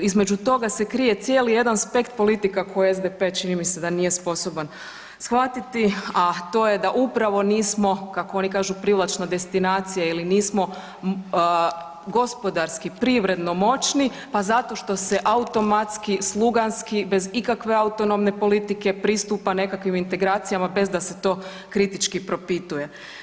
Između toga se krije cijeli jedan aspekt politika koje SDP čini mi se da nije sposoban shvatiti, a to je da upravo nismo kako oni kažu privlačna destinacija ili nismo gospodarski, privredno moćni pa zato što se automatski, sluganski bez ikakve autonomne politike pristupa nekakvim integracijama bez da se to kritički propituje.